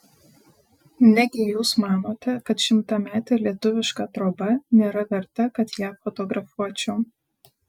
negi jūs manote kad šimtametė lietuviška troba nėra verta kad ją fotografuočiau